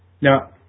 Now